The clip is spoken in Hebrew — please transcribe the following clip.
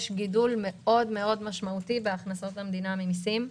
יש גידול משמעותי מאוד בהכנסות המדינה ממסים.